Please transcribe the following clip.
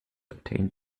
obtained